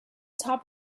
top